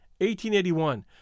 1881